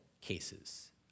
cases